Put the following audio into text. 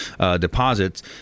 deposits –